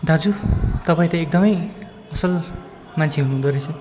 दाजु तपाईँ त एकदमै असल मान्छे हुनुहुँदो रहेछ